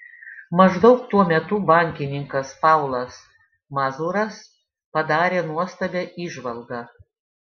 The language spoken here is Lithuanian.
maždaug tuo metu bankininkas paulas mazuras padarė nuostabią įžvalgą